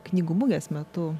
knygų mugės metu